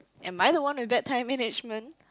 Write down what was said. am I the one with bad time management